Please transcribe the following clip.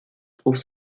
trouve